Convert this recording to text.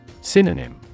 Synonym